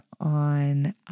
on